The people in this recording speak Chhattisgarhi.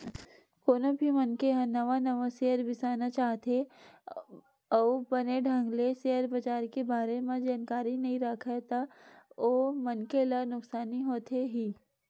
कोनो भी मनखे ह नवा नवा सेयर बिसाना चाहथे अउ बने ढंग ले सेयर बजार के बारे म जानकारी नइ राखय ता ओ मनखे ला नुकसानी होथे ही